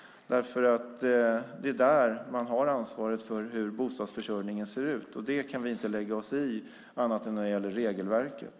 Det är där man har ansvaret för hur bostadsförsörjningen ser ut. Det kan vi inte lägga oss i annat än när det gäller regelverket.